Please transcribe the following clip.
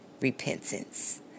repentance